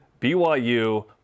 BYU